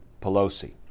Pelosi